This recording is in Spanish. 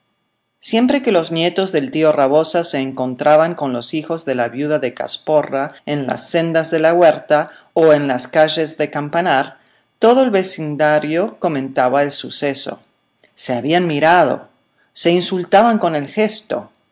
siempre que los nietos del tío rabosa se encontraban con los hijos de la viuda de casporra en las sendas de la huerta o en las calles de campanar todo el vecindario comentaba el suceso se habían mirado se insultaban con el gesto